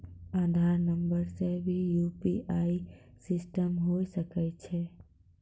आधार नंबर से भी यु.पी.आई सिस्टम होय सकैय छै?